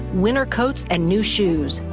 winter coats and new shoes.